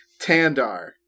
Tandar